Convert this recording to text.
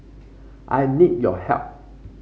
I need your help